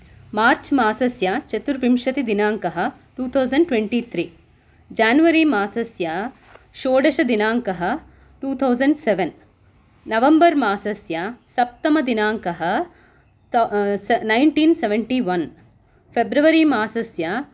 मार्च् मासस्य चतुर्विंशतिदिनाङ्कः two thousand twenty three January मासस्य षोडशदिनाङ्कः टुतौसेण्ड्सेवेन् नवेम्बर् मासस्य सप्तमदिनाङ्कः नैन्टीन् सेवेण्टिवन् फेब्रवरि मासस्य